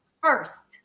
first